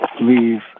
leave